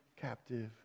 captive